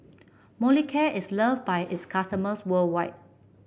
Molicare is loved by its customers worldwide